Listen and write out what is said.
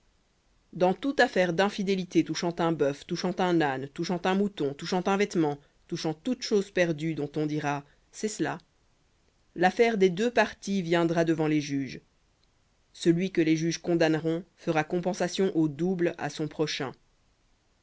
dans toute affaire d'infidélité touchant un bœuf touchant un âne touchant un mouton touchant un vêtement touchant toute chose perdue dont on dira c'est cela l'affaire des deux viendra devant les juges celui que les juges condamneront fera compensation au double à son prochain